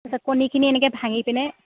তাৰপাছত কণীখিনি এনেকৈ ভাঙি পিনে